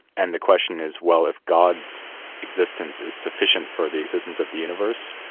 and the question is, well, if god's existence is sufficient for the existence of the universe,